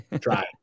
try